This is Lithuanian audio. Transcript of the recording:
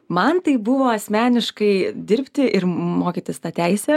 man tai buvo asmeniškai dirbti ir mokytis tą teisę